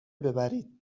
ببرید